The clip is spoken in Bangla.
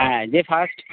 হ্যাঁ যে ফাস্ট